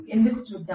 ఎందుకు చూద్దాం